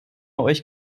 euch